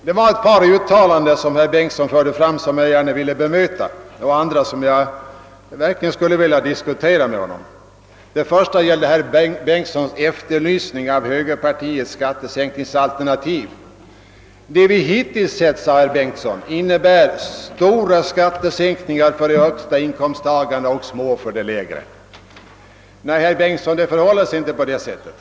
Det var ett par uttalanden herr Bengtsson gjorde som jag gärna ville bemöta och några frågor som jag skulle vilja diskutera med honom. Det första gäller herr Bengtssons efterlysning av högerpartiets skattesänkningsalternativ. Vad vi hittills sett, sade herr Bengtsson, innebär stora skattesänkningar för de högsta inkomsttagarna och små för de lägre. Nej, herr Bengtsson, det förhåller sig inte på det sättet.